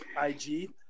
IG